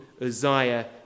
Uzziah